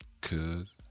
Cause